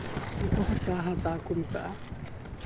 ᱩᱱᱠᱩ ᱦᱚᱸ ᱪᱟ ᱦᱚᱸ ᱪᱟ ᱠᱚ ᱢᱮᱛᱟᱜᱼᱟ